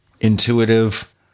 intuitive